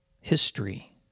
history